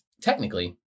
Technically